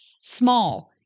Small